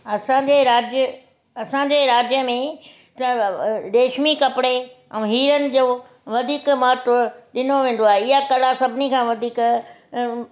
असांजे राज्य असांजे राज्य में रेशमी कपिड़े ऐं हीरनि जो वधीक महत्व ॾिनो वेंदो आहे ईअं कला सभिनी खां वधीक ऐं